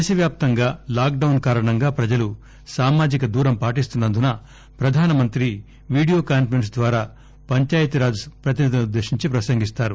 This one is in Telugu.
దేశవ్యాప్త లాక్డౌన్ కారణంగా ప్రజలు సామాజిక దూరం పాటిస్తున్న ందున ప్రధానమంత్రి వీడియో కాన్పరెస్స్ ద్వారా పంచాయతిరాజ్ ప్రతినిధులనుద్దేశించి ప్రసంగిస్తారు